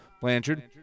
Blanchard